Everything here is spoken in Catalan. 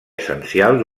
essencial